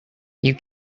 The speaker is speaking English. you